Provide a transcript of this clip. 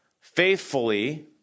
faithfully